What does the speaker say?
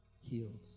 healed